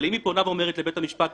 אבל אם היא פונה ואומרת לבית המשפט: